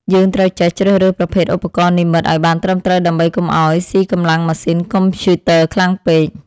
យើងត្រូវចេះជ្រើសរើសប្រភេទឧបករណ៍និម្មិតឱ្យបានត្រឹមត្រូវដើម្បីកុំឱ្យស៊ីកម្លាំងម៉ាស៊ីនកុំព្យូទ័រខ្លាំងពេក។